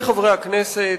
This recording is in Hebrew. עמיתי חברי הכנסת,